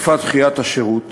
בתקופת דחיית השירות